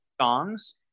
songs